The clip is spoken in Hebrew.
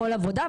לכל עבודה,